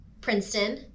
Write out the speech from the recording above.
Princeton